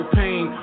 pain